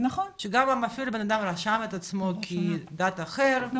שגם אפילו אם בן אדם רשם את עצמו כדת אחרת,